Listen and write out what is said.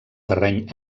terreny